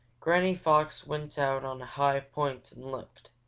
granny fox went out on a high point and looked,